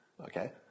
Okay